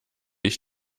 ich